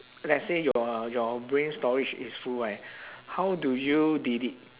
let's say your your brain storage is full right how do you delete